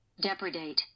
Depredate